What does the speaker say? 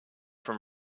from